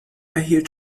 erhielt